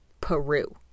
Peru